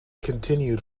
continued